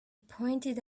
pointed